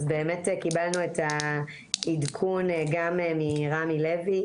באמת, קיבלנו את העידכון גם מרמי לוי.